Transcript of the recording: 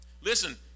Listen